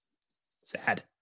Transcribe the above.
Sad